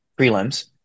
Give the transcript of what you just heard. prelims